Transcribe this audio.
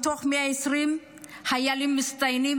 מתוך 120 חיילים מצטיינים,